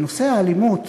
בנושא האלימות